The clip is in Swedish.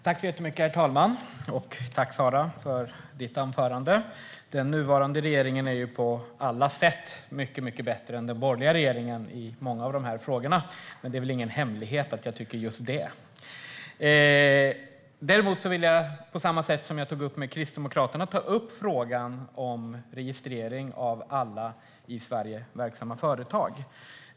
Herr talman! Tack, Sara, för anförandet! Den nuvarande regeringen är ju på alla sätt mycket, mycket bättre än den borgerliga regeringen i många av de här frågorna, och det är väl ingen hemlighet att jag tycker det. Däremot vill jag, på samma sätt som jag tog upp med Kristdemokraterna, ta upp frågan om registrering av alla i Sverige verksamma företag.